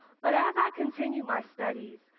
but as i continue my study,